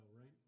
right